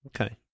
Okay